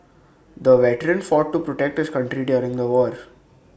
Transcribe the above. the veteran fought to protect his country during the war